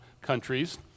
countries